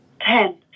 Ten